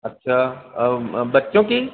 अच्छा और बच्चों की